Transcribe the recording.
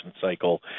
cycle